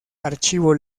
archivo